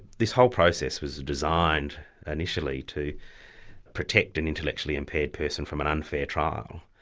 this whole process was designed initially to protect an intellectually impaired person from an unfair trial,